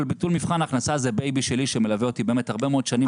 אבל ביטול מבחן ההכנסה זה בייבי שלי שמלווה אותי הרבה מאוד שנים,